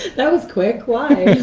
that was quick, why?